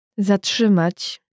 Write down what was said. ZATRZYMAĆ